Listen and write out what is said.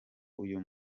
uyu